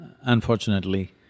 unfortunately